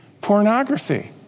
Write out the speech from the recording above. pornography